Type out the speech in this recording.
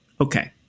Okay